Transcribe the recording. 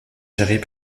gérés